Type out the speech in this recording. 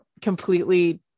completely